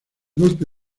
golpe